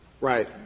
Right